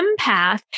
empath